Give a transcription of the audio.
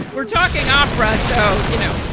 we're talking opera, so, you know.